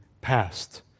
past